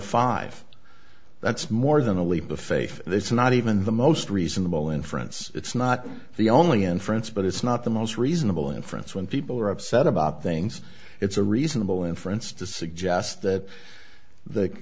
five that's more than a leap of faith there's not even the most reasonable inference it's not the only in france but it's not the most reasonable inference when people are upset about things it's a reasonable inference to suggest that they